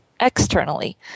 externally